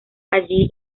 allí